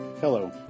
Hello